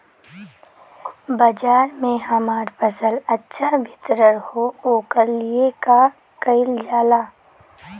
बाजार में हमार फसल अच्छा वितरण हो ओकर लिए का कइलजाला?